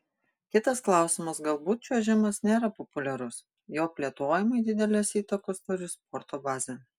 kitas klausimas galbūt čiuožimas nėra populiarus jo plėtojimui didelės įtakos turi sporto bazė